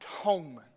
atonement